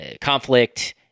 conflict